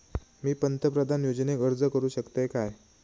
मी पंतप्रधान योजनेक अर्ज करू शकतय काय?